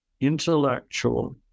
intellectual